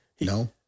No